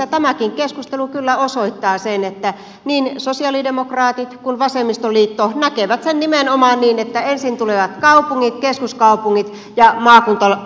ja tämäkin keskustelu kyllä osoittaa sen että niin sosialidemokraatit kuin vasemmistoliitto näkevät sen nimenomaan niin että ensin tulevat kaupungit keskuskaupungit ja maakunnat saavat mennä